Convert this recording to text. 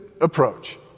approach